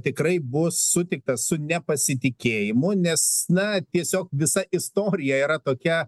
tikrai bus sutiktas su nepasitikėjimu nes na tiesiog visa istorija yra tokia